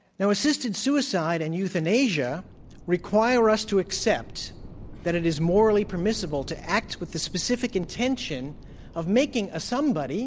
now, assisted suicide and euthanasia require us to accept that it is morally permissible to act with the specific intention of making a somebody